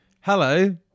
Hello